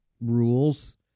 rules